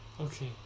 Okay